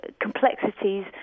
complexities